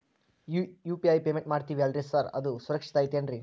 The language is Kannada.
ಈ ಯು.ಪಿ.ಐ ಪೇಮೆಂಟ್ ಮಾಡ್ತೇವಿ ಅಲ್ರಿ ಸಾರ್ ಅದು ಸುರಕ್ಷಿತ್ ಐತ್ ಏನ್ರಿ?